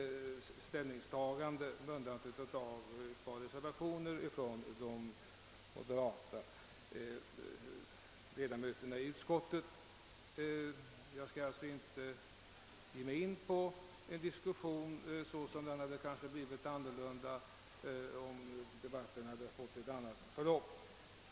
Det är endast de moderata ledamöterna i utskottet som fogat ett par reservationer vid utlåtandet. Jag skall därför inte ge mig in på en sådan diskussion som kanske hade varit befogad, om debatten hade fått ett annat förlopp.